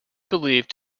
believed